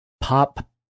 pop